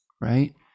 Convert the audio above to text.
right